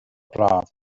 braf